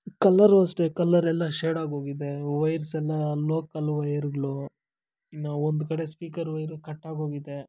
colour ಅಷ್ಟೆ colour ಎಲ್ಲ ಶೇಡಾಗೋಗಿದೆ ವೈರ್ಸ್ ಎಲ್ಲ ಲೋಕಲ್ ವೈರ್ಗಳು ಇನ್ನು ಒಂದು ಕಡೆ ಸ್ಪೀಕರ್ ವೈರು ಕಟ್ಟಾಗೋಗಿದೆ